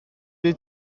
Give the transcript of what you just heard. wyt